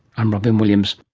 i'm robyn williams